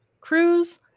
Cruise